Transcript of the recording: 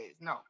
No